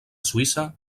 suïssa